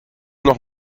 noch